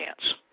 chance